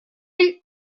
ell